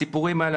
הסיפורים האלה,